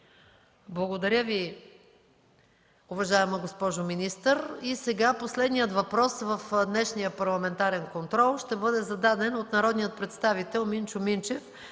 Благодаря Ви, уважаема госпожо министър. Последният въпрос в днешния парламентарен контрол ще бъде зададен от народния представител Минчо Минчев